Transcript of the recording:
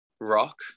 rock